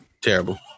Terrible